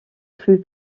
crues